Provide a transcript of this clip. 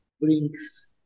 brings